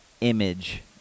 image